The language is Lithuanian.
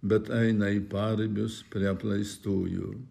bet eina į paribius prie apleistųjų